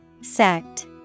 Sect